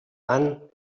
han